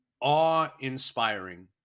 awe-inspiring